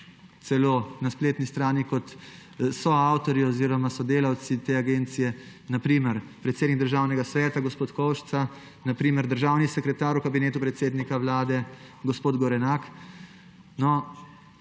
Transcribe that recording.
na spletni strani kot soavtorji oziroma sodelavci te agencije na primer predsednik Državnega sveta gospod Kovšca, na primer državni sekretar v Kabinetu predsednika Vlade gospod Gorenak?